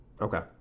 Okay